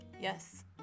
Yes